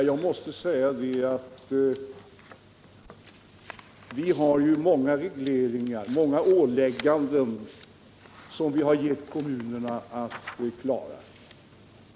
Herr talman! Det är ju mycket som vi har ålagt kommunerna att klara.